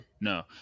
no